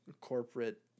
corporate